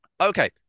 Okay